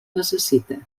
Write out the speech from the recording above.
necessita